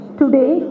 today